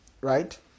right